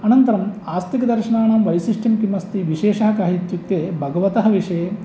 अनन्तरम् आस्तिकदर्शणानां वैशिष्ट्यं किम् अस्ति विशेषः कः इत्युक्ते भगवतः विषये